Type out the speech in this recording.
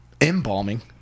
embalming